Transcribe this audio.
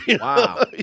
Wow